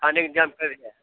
खाने का इंतजाम कितने बजे है